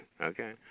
Okay